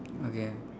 okay